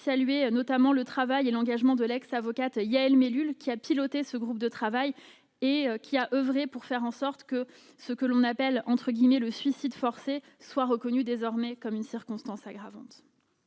saluer notamment le travail et l'engagement de l'ex-avocate Yael Mellul, qui a piloté ce groupe de travail et qui a oeuvré pour faire en sorte que ce que l'on appelle le « suicide forcé » soit reconnu désormais comme une circonstance aggravante.